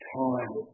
time